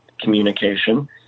communication